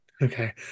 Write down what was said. Okay